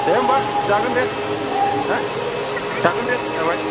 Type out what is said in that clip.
दे होमबा जागोन दे ना जागोन दे जाबाय